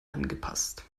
angepasst